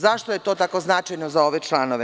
Zašto je to tako značajno za ove članove?